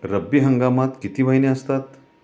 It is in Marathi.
रब्बी हंगामात किती महिने असतात?